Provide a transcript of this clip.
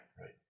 right